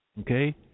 okay